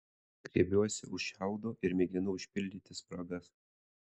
griebiuosi už šiaudo ir mėginu užpildyti spragas